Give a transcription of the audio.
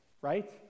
right